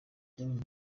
byabonye